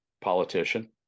politician